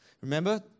Remember